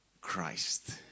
Christ